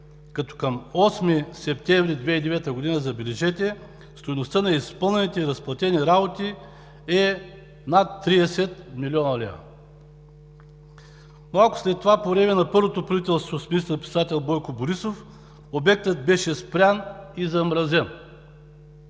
като към 8 септември 2009 г., забележете, стойността на изпълнените и разплатените работи е над 30 млн. лв. Малко след това – по време на първото правителство с министър-председател Бойко Борисов, обектът беше спрян и замразен.